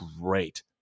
great